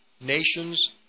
nations